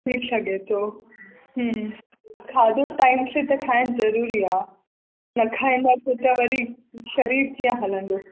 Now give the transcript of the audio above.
थी सघे थो खाधो टाइम सां त खाइणु ज़रूरी आहे न खाइंदासे त वरी शरीरु कीअं हलंदो